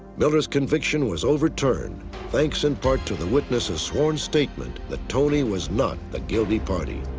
miller's conviction was overturned thanks, in part, to the witnesses sworn statement that tony was not a guilty party.